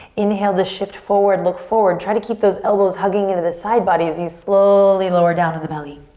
inhale to shift forward. look forward. try to keep those elbows hugging into the side body as you slowly lower down to the belly.